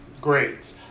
Great